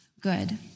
good